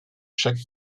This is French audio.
chaque